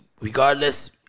regardless